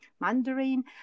mandarin